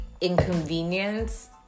inconvenience